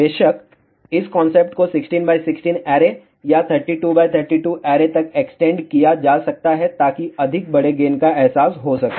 बेशक इस कांसेप्ट को 16 x 16 ऐरे या 32 x 32 ऐरे तक एक्सटेंड किया जा सकता है ताकि अधिक बड़े गेन का एहसास हो सके